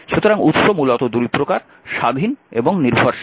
সুতরাং উৎস মূলত 2 প্রকার স্বাধীন এবং নির্ভরশীল